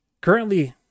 currently